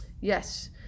Yes